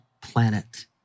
planet